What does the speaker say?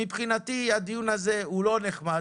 מבחינתי הדיון זה לא נחמד,